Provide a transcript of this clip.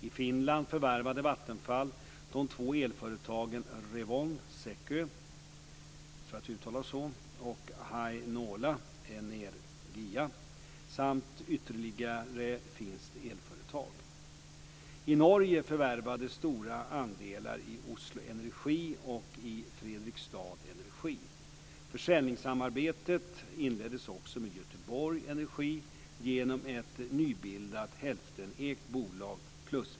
I Finland förvärvade Vattenfall de två elföretagen Revon Sähkö och Heinola Energia samt ett ytterligare finskt elföretag. I Norge förvärvades stora andelar i Oslo Energi och Fredrikstad Energi.